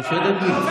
שחור על גבי לבן.